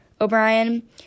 O'Brien